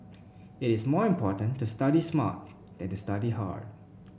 it is more important to study smart than to study hard